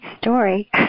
story